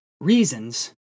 reasons